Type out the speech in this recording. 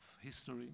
history